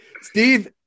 Steve